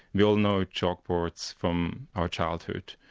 we all know chalkboards from our childhood,